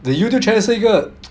the youtube channel 是一个